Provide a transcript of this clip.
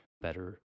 better